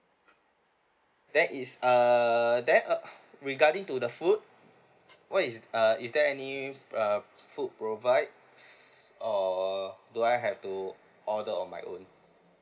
that is err that ugh regarding to the food what is uh is there any uh food provides or do I have to order on my own